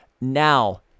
Now